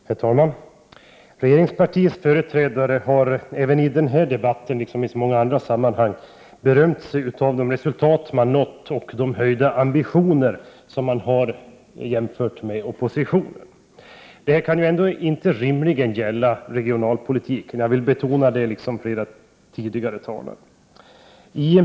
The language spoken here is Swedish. Herr talman! Regeringspartiets företrädare har i denna debatt, liksom i så många andra sammanhang, berömt sig av de resultat man nått och de höga ambitioner man har jämfört med oppositionen. Det kan ju ändå inte rimligen gälla regionalpolitiken — jag vill, liksom flera tidigare talare, betona det.